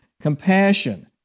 Compassion